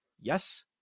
Yes